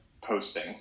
posting